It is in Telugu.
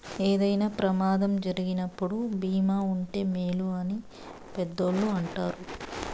ఏదైనా ప్రమాదం జరిగినప్పుడు భీమా ఉంటే మేలు అని పెద్దోళ్ళు అంటారు